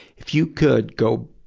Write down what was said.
if you could go,